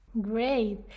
Great